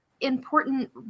important